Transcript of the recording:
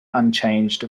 unchanged